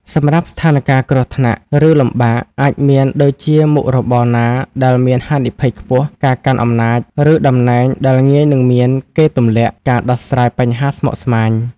សម្រាប់ស្ថានការណ៍គ្រោះថ្នាក់ ឬលំបាក អាចមានដូចជាមុខរបរណាដែលមានហានិភ័យខ្ពស់ ការកាន់អំណាច ឬតំណែងដែលងាយនឹងមានគេទម្លាក់ ការដោះស្រាយបញ្ហាស្មុគស្មាញ។